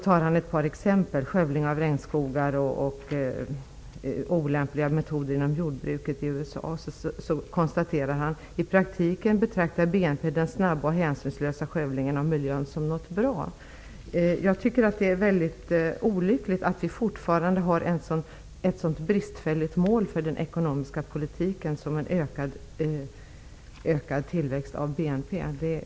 Han tar ett par exempel -- skövling av regnskogar och olämpliga metoder inom jordbruket i USA -- och så konstaterar han: ''I praktiken betraktar BNP den snabba och hänsynslösa skövlingen av miljön som något bra!'' Jag tycker att det är mycket olyckligt att vi fortfarande har ett så bristfälligt mål för den ekonomiska politiken som en ökad tillväxt av BNP.